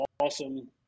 awesome